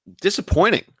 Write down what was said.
disappointing